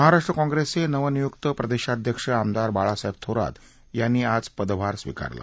महाराष्ट्र काँग्रेसचे नवनियुक्त प्रदेशाध्यक्ष आमदार बाळासाहेब थोरात यांनी आज पदभार स्वीकारला